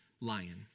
lion